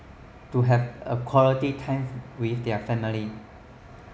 to have a quality time with their family